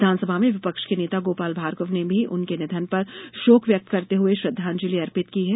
विधानसभा में विपक्ष के नेता गोपाल भार्गव ने भी उनके निधन पर शोक व्यक्त करते हुए श्रद्वांजलि अर्पित की है